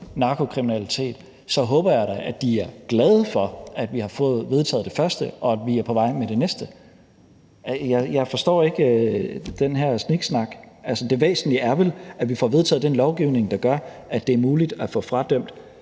narkokriminalitet, så håber jeg da, at de er glade for, at vi har fået vedtaget det første, og at vi er på vej med det næste. Jeg forstår ikke den her sniksnak. Altså, det væsentlige er vel, at vi får vedtaget den lovgivning, der gør, at det er muligt at fratage